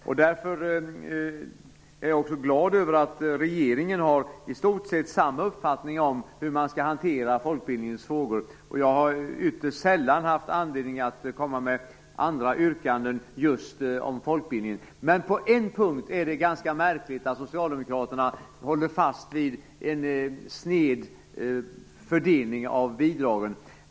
Jag är därför glad över att regeringen har i stort sett samma uppfattning om hur man skall hantera folkbildningens frågor. Jag har ytterst sällan haft anledning att komma med andra yrkanden om just folkbildningen. Men det är ganska märkligt att Socialdemokraterna på en punkt håller fast vid en sned fördelning av bidragen.